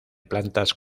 plantas